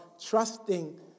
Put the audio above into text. trusting